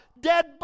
dead